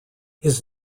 his